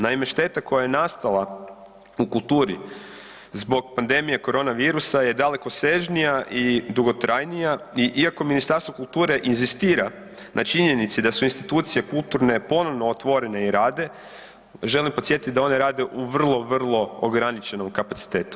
Naime, šteta koja je nastala u kulturi zbog pandemije korona virusa je dalekosežnija i dugotrajnija i iako Ministarstvo kulture inzistira na činjenici da su institucije kulturne ponovo otvorene i rade, želim podsjetiti da one rade u vrlo, vrlo ograničenom kapacitetu.